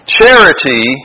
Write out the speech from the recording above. charity